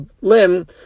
limb